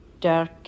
dark